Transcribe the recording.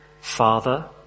Father